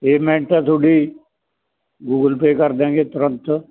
payment ਤੁਹਾਡੀ Google Pay ਕਰ ਦਿਆਂਗੇ ਤੁਰੰਤ